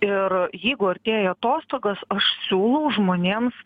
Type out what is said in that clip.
ir jeigu artėja atostogos aš siūlau žmonėms